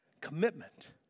Commitment